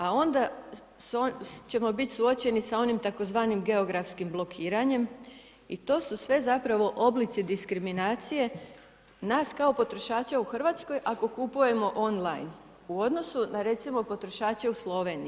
A onda ćemo biti suočeni, s onim tzv. geografskim blokiranjem i to su sve zapravo oblici diskriminacije, nas kao potrošača u Hrvatskoj ako kupujemo online, u odnosu na recimo potrošače u Sloveniji.